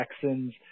Texans